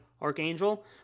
Archangel